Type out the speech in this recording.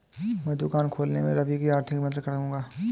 मैं दुकान खोलने में रवि की आर्थिक मदद करूंगा